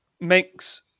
makes